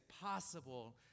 possible